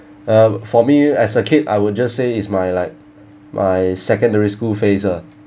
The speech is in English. uh for me as a kid I would just say it's my like my secondary school phase ah